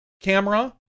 camera